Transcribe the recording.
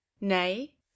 nay